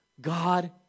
God